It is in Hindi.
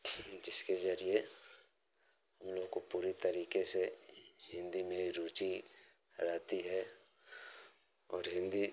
जिसके जरिए हम लोग को पूरी तरीके से हिन्दी में ही रूचि रहती है और हिन्दी